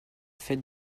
fête